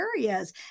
areas